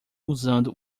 usando